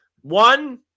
One –